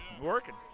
Working